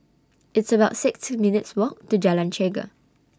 It's about six minutes' Walk to Jalan Chegar